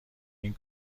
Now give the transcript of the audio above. این